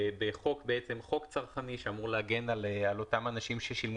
בעצם חוק צרכני שאמור להגן על אותם אנשים ששילמו